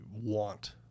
want